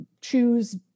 choose